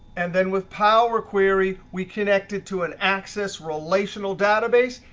and then with power query, we connected to an axis relational database,